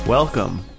Welcome